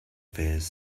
fears